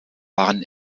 waren